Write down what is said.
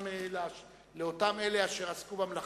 גם לאותם אלה אשר עסקו במלאכה.